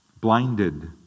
blinded